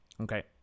Okay